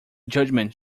judgment